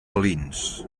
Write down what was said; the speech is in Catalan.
alins